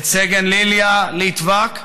את סגן לידיה ליטבק.